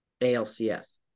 ALCS